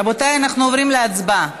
רבותיי, אנחנו עוברים להצבעה.